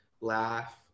laugh